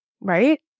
Right